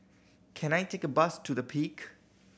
can I take a bus to The Peak